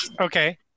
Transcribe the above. Okay